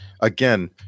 Again